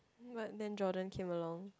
but then Jordan came along